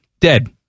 Dead